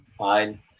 Fine